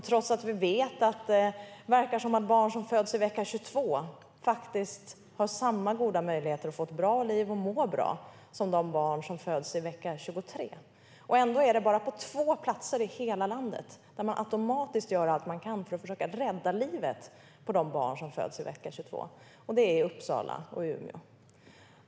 Trots att vi vet att det verkar som att barn som föds i vecka 22 faktiskt har samma goda möjligheter att få ett bra liv och må bra som de barn som föds i vecka 23 är det ändå på bara två platser i hela landet där man automatiskt gör allt man kan för att försöka rädda livet på de barn som föds i vecka 22, och det är i Uppsala och Umeå.